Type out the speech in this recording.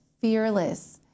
fearless